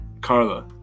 Carla